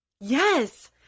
Yes